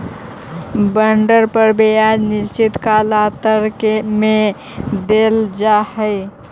bond पर ब्याज निश्चित कालांतर में देल जा हई